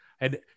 and-